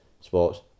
Sports